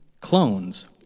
Clones